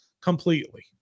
completely